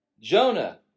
Jonah